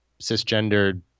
cisgendered